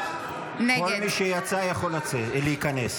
נגד כל מי שיצא יכול להיכנס.